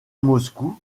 moscou